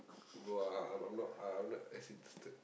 bro uh uh I'm not I'm not as interested